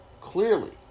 clearly